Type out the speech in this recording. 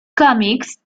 comics